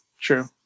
true